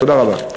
תודה רבה.